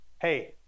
hey